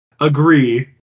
Agree